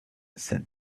said